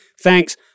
Thanks